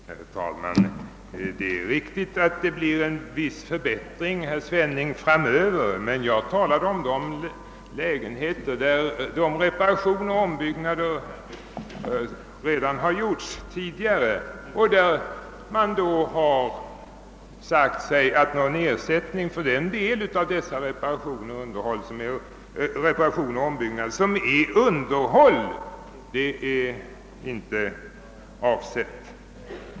Herr talman! Det är riktigt, herr Svenning, att det blir en viss förbättring i framtiden men jag talade om de lägenheter där reparationer och ombyggnader redan gjorts och där det sagts att någon ersättning inte är avsedd att utgå för den del av reparationerna och ombyggnaderna som är att betrakta som underhåll.